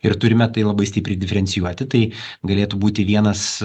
ir turime tai labai stipriai diferencijuoti tai galėtų būti vienas